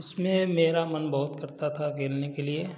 इसमें मेरा मन बहुत करता था खेलने के लिए